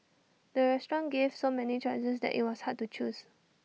the restaurant gave so many choices that IT was hard to choose